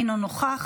אינו נוכח,